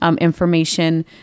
information